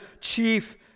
chief